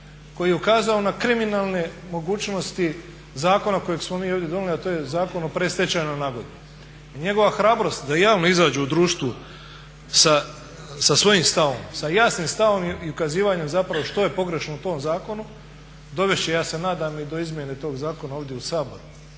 koji je ukazao na kriminalne mogućnosti zakona kojeg smo mi ovdje donijeli a to je Zakon o predstečajnoj nagodbi. I njegova hrabrost da javno izađe u društvu sa svojim stavom, sa jasnim stavom i ukazivanjem zapravo što je pogrešno u tom zakonu dovesti će ja se nadam i do izmjene tog zakona ovdje u Sabor